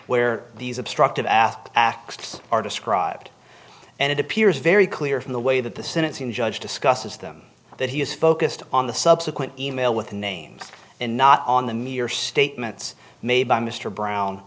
where these obstructive ath acts are described and it appears very clear from the way that the sentencing judge discusses them that he is focused on the subsequent e mail with the names and not on the mere statements made by mr brown